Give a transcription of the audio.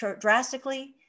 drastically